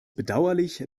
bedauerlich